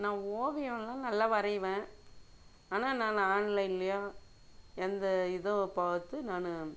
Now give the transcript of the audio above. நான் ஓவியலாம் நல்லா வரைவேன் ஆனால் நான் ஆன்லைன்லேயோ எந்த இதுவும் பார்த்து நான்